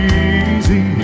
easy